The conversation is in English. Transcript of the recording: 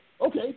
okay